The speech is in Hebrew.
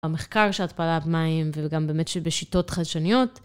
במחקר של הטפלת מים וגם באמת בשיטות חדשניות.